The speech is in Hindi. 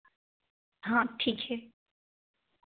हाँ ठीक है